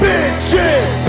Bitches